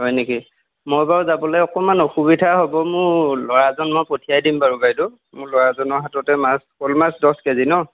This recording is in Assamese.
হয় নেকি মই বাৰু যাবলৈ অকণমান অসুবিধা হ'ব মোৰ ল'ৰাজন মই পঠিয়াই দিম বাৰু বাইদেউ মোৰ ল'ৰাজনৰ হাততে মাছ শ'ল মাছ দহ কেজি ন